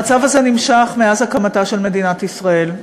המצב הזה נמשך מאז הקמתה של מדינת ישראל.